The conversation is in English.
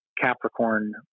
Capricorn